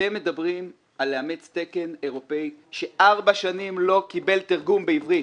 אתם מדברים על לאמץ תקן אירופי שבמשך ארבע שנים לא קיבל תרגום בעברית.